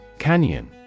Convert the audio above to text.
Canyon